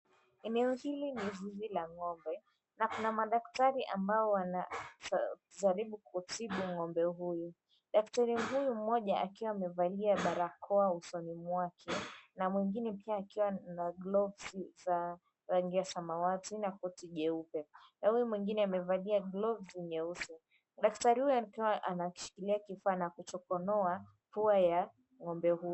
Eneo hili ni zizi la ng'ombe, na kuna madaktari ambao wanajaribu kutibu ng'ombe huyu. Daktari huyu mmoja akiwa amevalia barakoa usoni mwake, na mwingine pia akiwa na gloves za rangi za samawati na koti jeupe, na huyu mwingine amevalia gloves nyeusi. Daktari huyu akiwa anashikilia kifaa na kuchokonoa pua ya ng'ombe huyu.